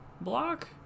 block